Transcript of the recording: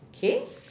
okay